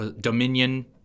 Dominion